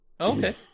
Okay